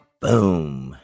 Boom